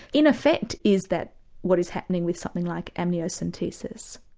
in effect is that what is happening with something like amniocentesis.